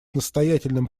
настоятельным